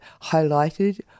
highlighted